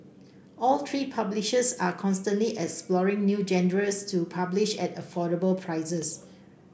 all three publishers are constantly exploring new genres to publish at affordable prices